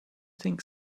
think